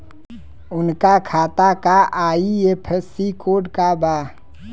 उनका खाता का आई.एफ.एस.सी कोड का बा?